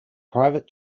private